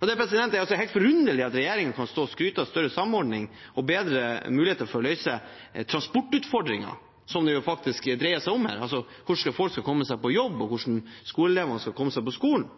Det er helt forunderlig at regjeringen kan stå og skryte av større samordning og bedre muligheter for å løse transportutfordringer, som er det det faktisk dreier seg om her – hvordan folk skal komme seg på jobb, og hvordan skoleelevene skal komme seg på skolen.